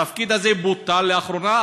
התפקיד הזה בוטל לאחרונה,